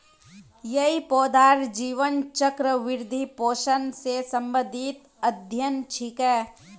यई पौधार जीवन चक्र, वृद्धि, पोषण स संबंधित अध्ययन छिके